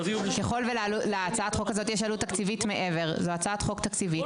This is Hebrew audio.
ככל שלהצעת החוק הזאת יש עלות תקציבית מעבר לזה זאת הצעת חוק תקציבית